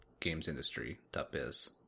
gamesindustry.biz